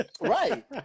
Right